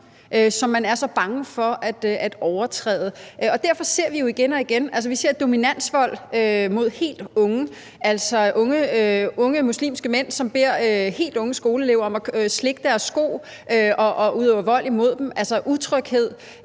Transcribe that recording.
som man er så bange for at overtræde. Derfor ser vi jo igen og igen dominansvold mod helt unge, altså hvor unge muslimske mænd beder helt unge skoleelever om at slikke deres sko og udøver vold imod dem, altså skaber utryghed.